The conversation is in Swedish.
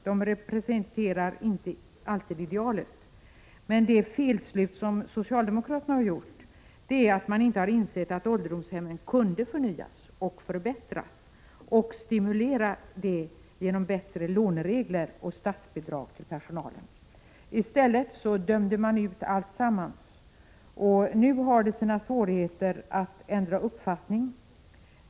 De representerar inte alltid idealet, men socialdemokraterna har gjort det felslutet att de inte har insett att ålderdomshemmen kan förnyas och förbättras och inte har stimulerat detta genom låneregler och statsbidrag till personalen. I stället har man dömt ut alltsammans, och nu har det sina svårigheter att ändra uppfattning.